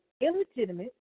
illegitimate